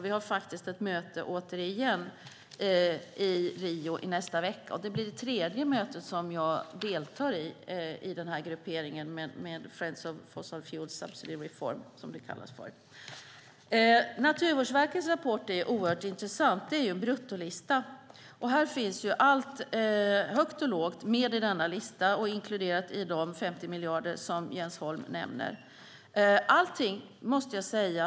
Vi har ett möte återigen i Rio nästa vecka. Det blir det tredje möte jag deltar i med denna gruppering, Friends of Fossil Fuel Subsidy Reform. Naturvårdsverkets rapport är oerhört intressant. Det är en bruttolista. Med i denna lista och inkluderat i de 50 miljarder som Jens Holm nämner finns allt möjligt, högt och lågt.